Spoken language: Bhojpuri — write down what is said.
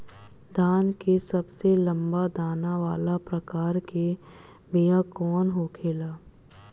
धान के सबसे लंबा दाना वाला प्रकार के बीया कौन होखेला?